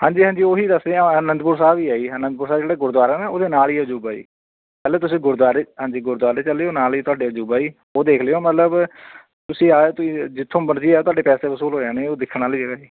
ਹਾਂਜੀ ਹਾਂਜੀ ਉਹੀ ਦੱਸ ਰਿਹਾ ਅਨੰਦਪੁਰ ਸਾਹਿਬ ਈ ਹੈ ਜੀ ਅਨੰਦਪੁਰ ਸਾਹਿਬ ਜਿਹੜੇ ਗੁਰਦੁਆਰਾ ਨਾ ਉਹਦੇ ਨਾਲ ਹੀ ਅਜੂਬਾ ਜੀ ਪਹਿਲਾਂ ਤੁਸੀਂ ਗੁਰਦੁਆਰੇ ਹਾਂਜੀ ਗੁਰਦੁਆਰੇ ਚੱਲੇ ਜੋ ਨਾਲੇ ਤੁਹਾਡੇ ਅਜੂਬਾ ਜੀ ਉਹ ਦੇਖ ਲਿਓ ਮਤਲਬ ਤੁਸੀਂ ਆਏ ਤੁਸੀਂ ਜਿੱਥੋਂ ਮਰਜੀ ਆ ਤੁਹਾਡੇ ਪੈਸੇ ਵਸੂਲ ਹੋ ਜਾਣੇ ਉਹ ਦੇਖਣ ਵਾਲੀ ਜਗ੍ਹਾ ਹੈ